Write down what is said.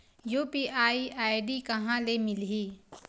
UPI ID कहां ले मिलही?